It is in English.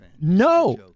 no